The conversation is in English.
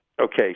Okay